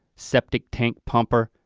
septic tank pumper,